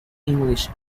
english